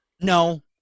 No